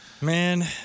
Man